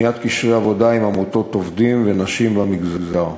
בניית קשרי עבודה עם עמותות עובדים ונשים במגזר.